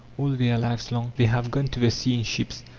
all their lives long they have gone to the sea in ships,